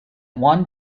one